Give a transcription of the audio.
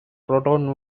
proton